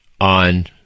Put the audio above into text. on